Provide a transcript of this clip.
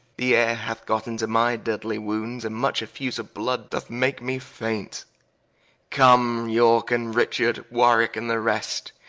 the ayre hath got into my deadly wounds, and much effuse of blood, doth make me faint come yorke, and richard, warwicke, and the rest,